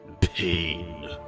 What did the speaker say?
pain